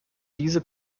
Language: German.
diese